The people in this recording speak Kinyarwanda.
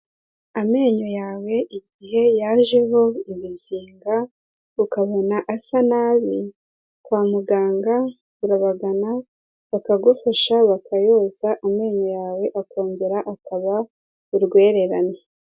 Amenyo yawe igihe yajeho ibizinga ukabona asa nabi kwa muganga urabagana bakagufasha bakayoza, amenyo yawe akongera akaba urwererane.